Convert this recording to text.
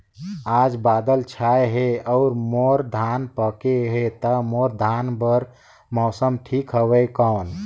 आज बादल छाय हे अउर मोर धान पके हे ता मोर धान बार मौसम ठीक हवय कौन?